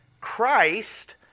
Christ